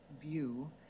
view